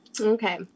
Okay